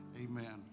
amen